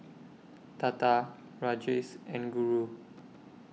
Tata Rajesh and Guru